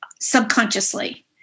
subconsciously